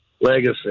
legacy